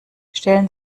stellen